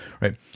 right